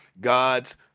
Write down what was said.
God's